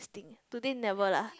today never lah